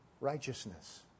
righteousness